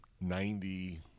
ninety